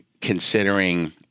considering